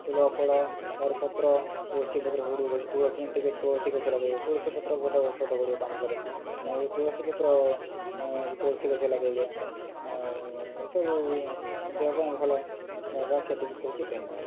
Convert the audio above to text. ଫୁଲ ଫଳ ତା'ପରେ ପତ୍ର ତୁଳସୀ ପତ୍ର ତୁଳସୀ ଯେମିତିକି ତୁଳସୀ ଗଛ ଲଗାଇବେ ତୁଳସୀ ପତ୍ର ଗୋଟେ ଔଷଧ ଗୁଡ଼ିକ କାମ କରେ ତେଣୁ ତୁଳସୀ ପତ୍ର ତୁଳସୀ ଗଛ ଲଗାଇବା ଏସବୁ ଦେହ ପାଇଁ ଭଲ ବାସ୍ ଏତିକି କହୁଛି ଧନ୍ୟବାଦ